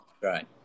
Right